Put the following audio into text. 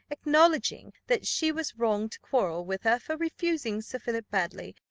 acknowledging that she was wrong to quarrel with her for refusing sir philip baddely,